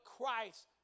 Christ